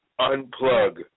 Unplug